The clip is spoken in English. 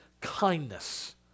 kindness